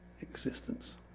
Existence